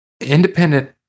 independent